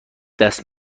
دست